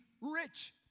rich